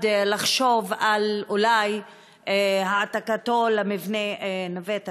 לחשוב אולי על העתקתו של "נווה תרצה"